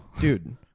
dude